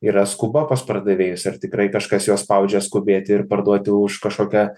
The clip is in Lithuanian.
yra skuba pas pardavėjus ar tikrai kažkas juos spaudžia skubėti ir parduoti už kažkokią